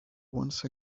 once